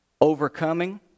overcoming